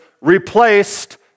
replaced